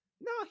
No